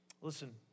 listen